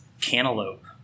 cantaloupe